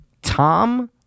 Tom